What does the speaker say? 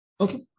Okay